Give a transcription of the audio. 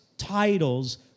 titles